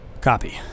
Copy